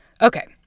Okay